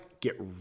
get